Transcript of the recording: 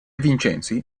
vincenzi